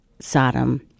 Sodom